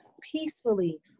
peacefully